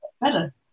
better